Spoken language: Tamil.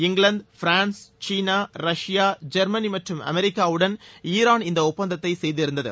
England France China Russia Germany மற்றும் அமெரிக்காவுடன் ஈரான் இந்த ஒப்பந்தத்தை செய்திருந்தது